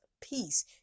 peace